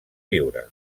viure